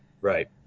Right